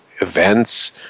events